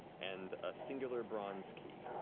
and a singular bronze key.